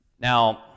Now